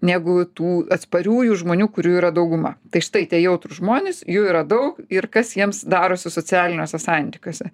negu tų atspariųjų žmonių kurių yra dauguma tai štai tie jautrūs žmonės jų yra daug ir kas jiems darosi socialiniuose santykiuose